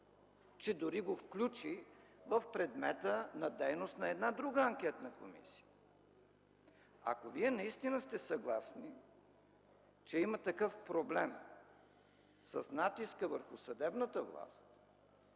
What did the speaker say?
Дори го включи в предмета на дейност на една друга анкетна комисия. Ако Вие наистина сте съгласни, че съществува такъв проблем –натиск върху съдебната власт,